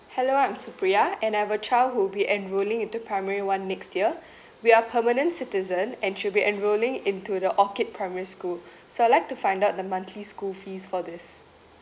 hello I'm supriya and I've a child who'll be enrolling into primary one next year we are permanent citizen and she'll be enrolling into the orchid primary school so I'd like to find out the monthly school fees for this